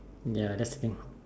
ya that's the thing